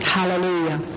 Hallelujah